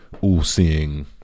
All-seeing